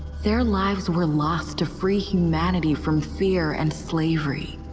their lives were lost to free humanity from fear and slavery.